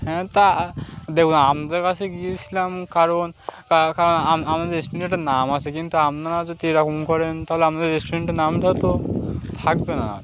হ্যাঁ তা দেখুন আমাদের কাছে গিয়েছিলাম কারণ কারণ আমাদের রেস্টুরেন্টেটার নাম আছে কিন্তু আপনারা যদি এরকম করেন তাহলে আমাদের রেস্টুরেন্টের নাম থা তো থাকবে না